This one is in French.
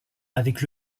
avec